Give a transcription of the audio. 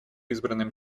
избранным